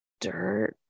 dirt